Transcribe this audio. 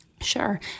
Sure